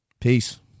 Peace